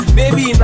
baby